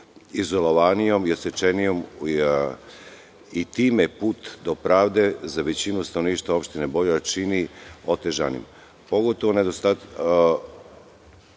izolovanijom i odsečenijom i time put do pravde, za većinu stanovništva opštine Boljevac, čini otežanim,